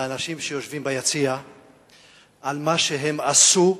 לאנשים שיושבים ביציע על מה שהם עשו,